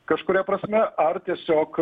kažkuria prasme ar tiesiog